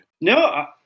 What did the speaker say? no